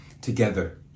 together